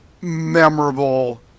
memorable